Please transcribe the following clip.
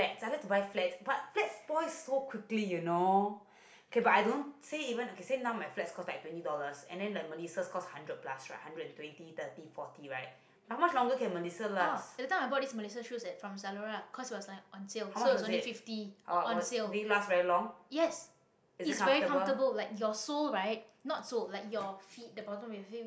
oh that time i bought these melissa shoes at like from zalora 'cause it was like on sale so it was only fifty on sale yes is very comfortable like your sole right like not sole like your feet the bottom of your feet